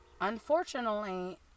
unfortunately